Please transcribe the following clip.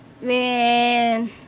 Man